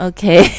Okay